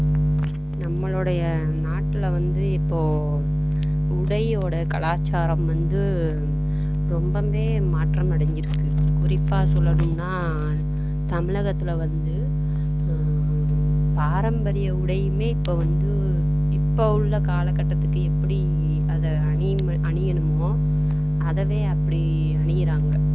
நம்மளுடைய நாட்டில் வந்து இப்போது உடையோடய கலாச்சாரம் வந்து ரொம்ப மாற்றம் அடைஞ்சுருக்கு குறிப்பாக சொல்லணும்னா தமிழகத்தில் வந்து பாரம்பரிய உடையுமே இப்போ வந்து இப்போ உள்ள காலகட்டத்துக்கு எப்படி அதை அணிய அணியணுமோ அத அப்படி அணிகிறாங்க